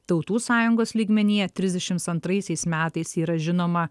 tautų sąjungos lygmenyje trisdešimt antraisiais metais yra žinoma